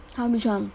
!huh! which one